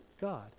God